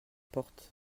porte